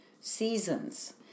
seasons